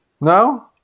No